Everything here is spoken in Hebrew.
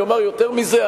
אני אומר יותר מזה,